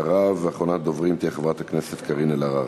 ואחרונת הדוברים תהיה חברת הכנסת קארין אלהרר.